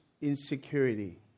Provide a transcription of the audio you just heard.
insecurity